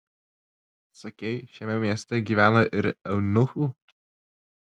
sakei šiame mieste gyvena ir eunuchų